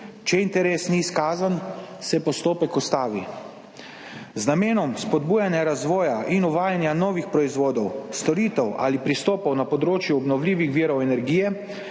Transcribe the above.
Če interes ni izkazan, se postopek ustavi. Z namenom spodbujanja razvoja in uvajanja novih proizvodov, storitev ali pristopov na področju obnovljivih virov energije